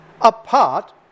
apart